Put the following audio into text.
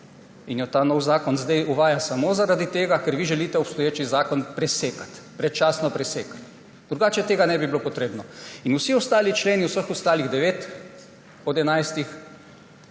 in jo ta novi zakon zdaj uvaja samo zaradi tega, ker vi želite obstoječi zakon presekati, predčasno presekati, drugače to ne bilo potrebno. In vsi ostali členi, vseh ostalih devet od enajstih,